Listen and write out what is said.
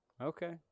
okay